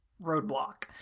roadblock